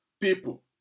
people